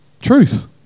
truth